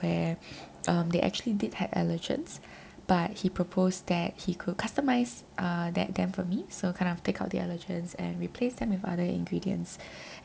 where um they actually did had allergens but he proposed that he could customise uh that them for me so kind of take out the allergens and replace them with other ingredients